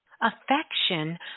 affection